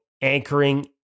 anchoring